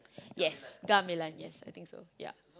yes gamelan yes I think so yeah